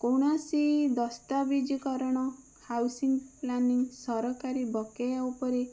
କୌଣସି ଦସ୍ତାବିଜକରଣ housing planning ସରକାରୀ ବକାୟ ଉପରେ